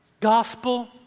Gospel